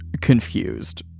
confused